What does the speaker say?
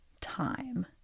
time